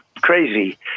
crazy